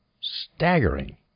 staggering